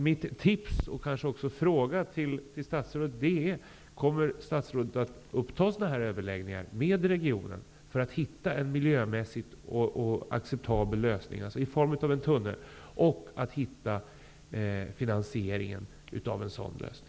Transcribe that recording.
Mitt tips och min fråga till statsrådet är: Kommer statsrådet att uppta sådana här överläggningar med regionen för att hitta en miljömässigt acceptabel lösning i form av en tunnel och för att hitta finansieringen av en sådan lösning?